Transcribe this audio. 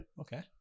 Okay